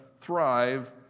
Thrive